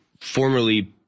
formerly